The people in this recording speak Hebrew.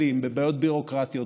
נתקלים בבעיות ביורוקרטיות,